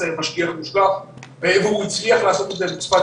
משגיח-מושגח והוא הצליח לעשות את זה בצפת,